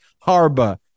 Harba